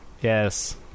Yes